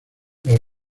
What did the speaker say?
del